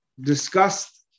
discussed